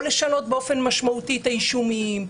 או לשנות באופן משמעותי את האישומים,